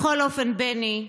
בכל אופן, בני,